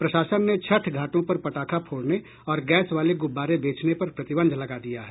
प्रशासन ने छठ घाटों पर पटाखा फोड़ने और गैस वाले गूब्बारे बेचने पर प्रतिबंध लगा दिया है